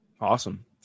Awesome